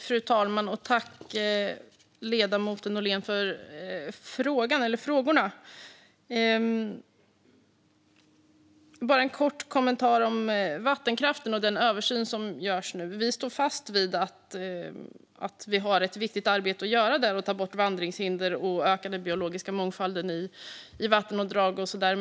Fru talman! Tack, ledamoten Nohrén, för frågorna! Jag har bara en kort kommentar om vattenkraften och den översyn som nu görs. Vi står fast vid att vi har ett viktigt arbete att göra med att ta bort vandringshinder och öka den biologiska mångfalden i vattendrag och så vidare.